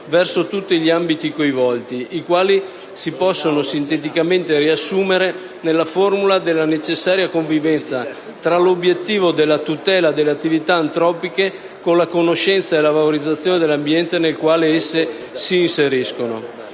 verso tutti gli ambiti coinvolti, che si possono sinteticamente riassumere nella formula della necessaria convivenza tra l'obiettivo della tutela delle attività antropiche con la conoscenza e la valorizzazione dell'ambiente nel quale esse si inseriscono.